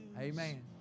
Amen